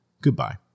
Goodbye